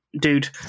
dude